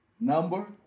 Number